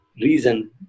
reason